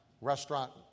restaurant